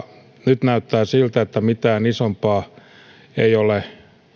nyt näyttää siltä että mitään isompaa ei ole